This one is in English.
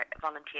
volunteer